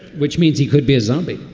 which means he could be a zombie.